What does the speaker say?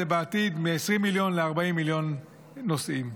בעתיד מ-20 מיליון ל-40 מיליון נוסעים.